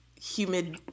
humid